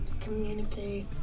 communicate